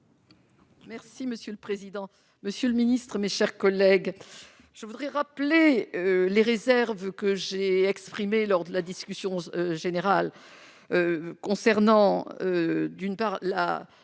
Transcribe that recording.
Merci monsieur le président, Monsieur le Ministre, mes chers collègues, je voudrais rappeler les réserves que j'ai exprimée lors de la discussion générale concernant d'une part la la